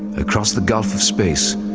across the gulf of space,